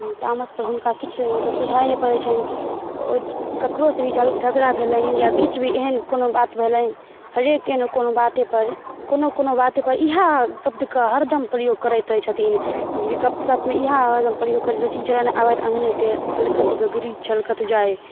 तामसपर हुनका किछु मतलब सुझाइ नहि पड़य छनि ओ ककरोसँ भी झगड़ा भेलनि या किछु भी एहन कोनो बात भेलनि हरेकके ने कोने बातेपर कोनो कोनो बाते पर इएह शब्द के हरदम प्रयोग करैत रहै छथिन गप्प सप्प मे ईहए हरदम प्रयोग करैत रहै छथिन चलऽ ने आबय तऽ अङ्गने टेढ़ अलकत गगरी छलकत जाय